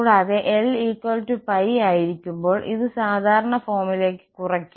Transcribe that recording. കൂടാതെ L π ആയിരിക്കുമ്പോൾ ഇത് സാധാരണ ഫോമിലേക്ക് കുറയ്ക്കും